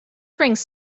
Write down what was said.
brings